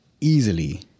easily